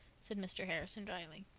said mr. harrison drily.